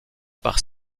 par